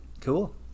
Cool